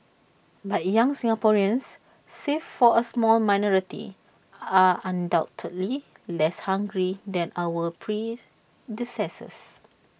but young Singaporeans save for A small minority are undoubtedly less hungry than our predecessors